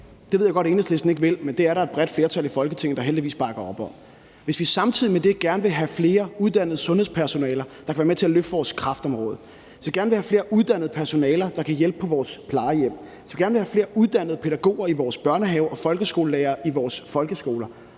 det ved jeg godt at Enhedslisten ikke vil, men det er der et bredt flertal i Folketinget der heldigvis bakker op om – og hvis vi samtidig med det gerne vil have flere uddannede sundhedspersonaler, der kan være med til at løfte vores kræftområde, og hvis vi gerne vil have flere uddannede personaler, der kan hjælpe på vores plejehjem, og hvis vi gerne vil have flere uddannede pædagoger i vores børnehaver og flere folkeskolelærere i vores folkeskoler,